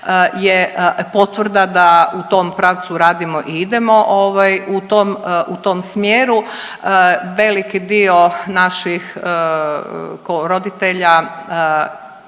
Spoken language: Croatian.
je potvrda da u tom pravcu radimo i idemo ovaj u tom, u tom smjeru. Veliki dio naših roditelja